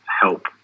help